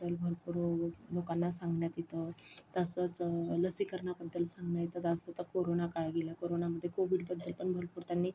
तर भरपूर लोकांना सांगण्यात येतं तसंच लसीकरणाबद्दल सांगण्यात येतं आता जसं कोरोना काळ गेला कोरोनामध्ये कोव्हिडबद्दल पण भरपूर त्यांनी